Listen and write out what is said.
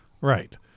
Right